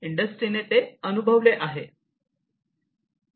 इंडस्ट्रीने ते अनुभवले आहे